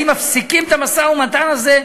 האם מפסיקים את המשא-ומתן הזה?